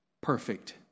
perfect